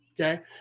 okay